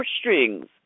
strings